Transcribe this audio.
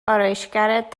آرایشگرت